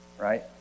right